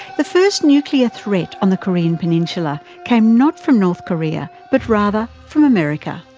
the first nuclear threat on the korean peninsula came not from north korea but, rather, from america.